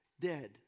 dead